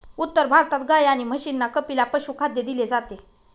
उत्तर भारतात गाई आणि म्हशींना कपिला पशुखाद्य दिले जाते